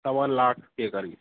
सवा लाख के करीब